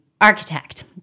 architect